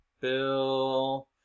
bill